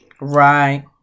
Right